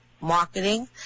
marketing